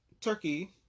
Turkey